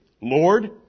Lord